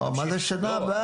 לא, מה זה שנה הבאה?